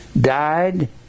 died